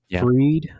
Freed